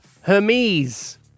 Hermes